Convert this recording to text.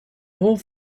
whole